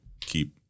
keep